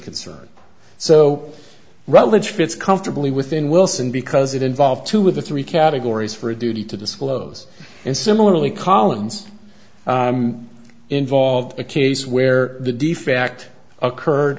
concern so rutledge fits comfortably within wilson because it involved two with the three categories for a duty to disclose and similarly collins involved a case where the defect occurred